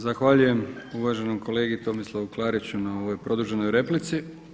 Zahvaljujem uvaženom kolegi Tomislavu Klariću na ovoj produženoj replici.